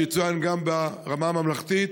שיצוין גם ברמה הממלכתית,